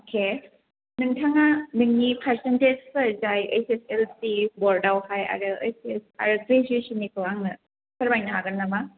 अके नोंथाङा नोंनि पारसेनतेसफोर जाय ओइस एस एल सि बर्डआव हाय आरो ग्रेजुयेसन निखौ आंनो फोरमायनो हागोन नामा